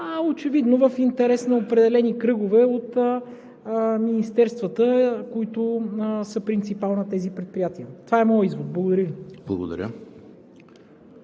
очевидно в интерес на определени кръгове от министерствата, които са принципал на тези предприятия. Това е моят извод. Благодаря